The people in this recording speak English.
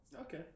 Okay